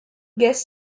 guest